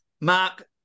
mark